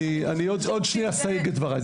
אני עוד שנייה אסייג את דבריי.